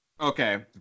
Okay